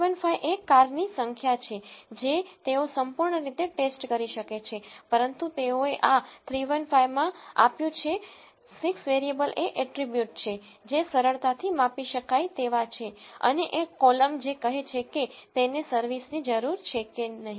315 એ કારની સંખ્યા છે કે જે તેઓ સંપૂર્ણ રીતે ટેસ્ટ કરી શકે છે પરંતુ તેઓએ આ 315 માં આપ્યું છે 6 વેરીએબલ એ એટ્રીબ્યુટ છે જે સરળતાથી માપી શકાય તેવા છે અને એક કોલમ જે કહે છે કે તેને સર્વિસની જરૂર છે કે નહીં